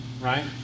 right